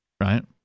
right